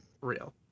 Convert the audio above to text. real